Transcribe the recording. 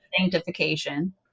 sanctification